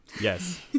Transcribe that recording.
Yes